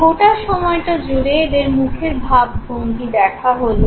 গোটা সময়টা জুড়ে এদের মুখের ভাব ভঙ্গি দেখা হলো